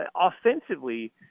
offensively